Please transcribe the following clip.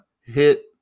hit